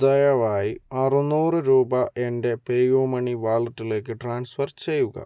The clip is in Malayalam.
ദയവായി അറുന്നൂറ് രൂപ എൻ്റെ പേയുമണി വാലറ്റിലേക്ക് ട്രാൻസ്ഫർ ചെയ്യുക